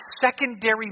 secondary